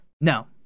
No